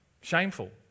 Shameful